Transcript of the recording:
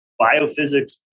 biophysics